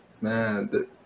Man